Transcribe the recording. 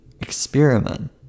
experiment